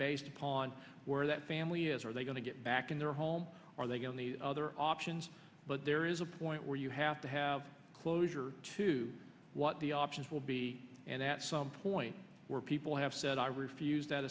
based upon where that family is are they going to get back in their home are they going the other options but there is a point where you have to have closure to what the options will be and at some point where people have said i refuse that